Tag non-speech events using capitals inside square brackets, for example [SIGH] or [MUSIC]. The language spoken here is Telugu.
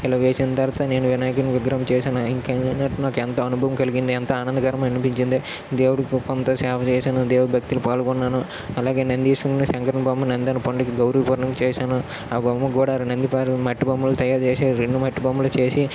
ఇలా వేసిన తర్వాత నేను వినాయకుని విగ్రహం చేసిన [UNINTELLIGIBLE] నాకు ఎంత అనుభవం కలిగింది ఎంత ఆనందకరం అనిపించింది దేవుడికి కొంత సేవ చేశాను దేవుడు భక్తిలో పాల్గొన్నాను అలాగే నందీశ్వరుడికి శంకర బొమ్మని [UNINTELLIGIBLE] పండక్కి గౌరీ పౌర్ణమి చేశాను ఆ బొమ్మ కూడా రెండు నిమ్మకాయలు మట్టి బొమ్మను తయారుచేసి రెండు మట్టి బొమ్మను చేసి